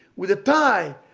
with a tie.